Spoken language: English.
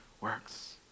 works